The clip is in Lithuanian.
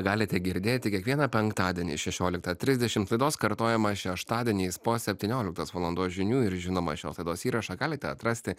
galite girdėti kiekvieną penktadienį šešioliktą trisdešimt laidos kartojimą šeštadieniais po septynioliktos valandos žinių ir žinoma šios laidos įrašą galite atrasti